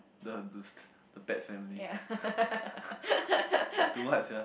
the the pet family to what sia